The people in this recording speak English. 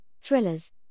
thrillers